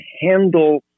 handle